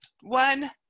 One